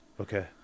okay